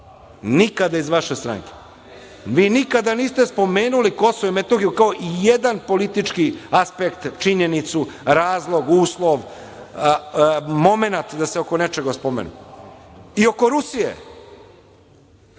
nikada iz vaše stranke. Vi nikada niste spomenuli Kosovo i Metohiju, kao jedan politički aspekt, činjenicu, razlog, uslov, momenat da se oko nečega spomenu i oko Rusije. Oko